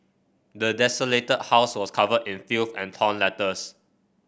the desolated house was covered in filth and torn letters